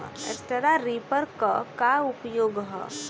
Straw reaper क का उपयोग ह?